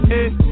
Hey